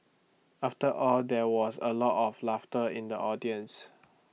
after all there was A lot of laughter in the audience